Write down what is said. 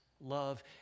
love